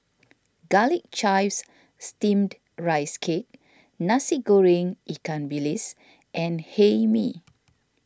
Garlic Chives Steamed Rice Cake Nasi Goreng Ikan Bilis and Hae Mee